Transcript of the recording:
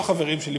לא חברים שלי,